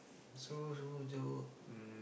so mm